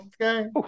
okay